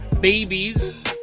babies